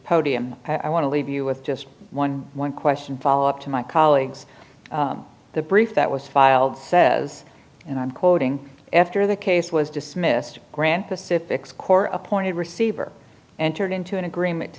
podium i want to leave you with just one one question follow up to my colleagues the brief that was filed says and i'm quoting after the case was dismissed grant pacific's court appointed receiver entered into an agreement to